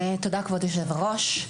תודה רבה כבוד יושב הראש.